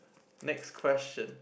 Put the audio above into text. next question